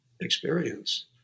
experience